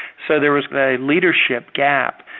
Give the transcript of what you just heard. so there was a leadership gap.